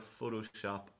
Photoshop